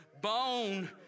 bone